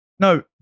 No